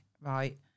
right